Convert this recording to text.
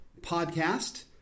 podcast